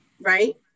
Right